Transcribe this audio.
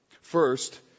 First